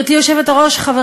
ובהמשך לדבריו של חבר